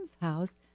house